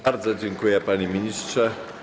Bardzo dziękuję, panie ministrze.